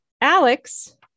Alex